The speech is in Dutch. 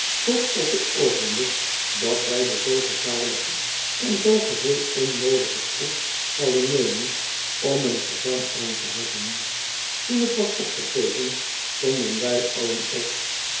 tot op het oogenblik dat wij de zoo gevaarlijke en zoo geheel onnoodige proef zouden nomen om een gezang aan te heffen toen het was opgegeven stonden wij allen op